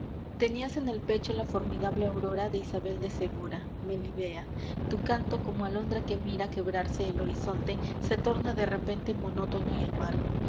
enias en el pecho la formidable aurora sabel de segura melibea tu canto como alondra que mira quebrarse el horizonte se torna de repente monótono y amargo